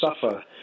suffer